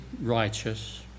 righteous